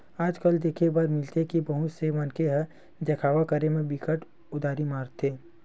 आज कल देखे बर मिलथे के बहुत से मनखे ह देखावा करे म बिकट उदारी मारथे